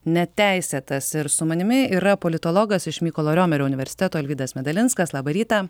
neteisėtas ir su manimi yra politologas iš mykolo romerio universiteto alvydas medalinskas labą rytą